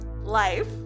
life